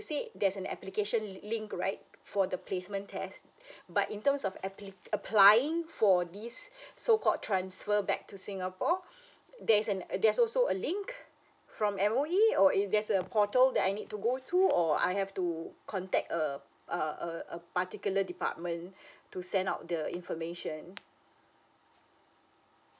said there's an application li~ link right for the placement test but in terms of appl~ applying for this so called transfer back to singapore there's an uh there's also a link from M_O_E or if there's a portal that I need to go to or I have to contact a uh a a particular department to send out the information